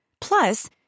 Plus